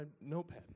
notepad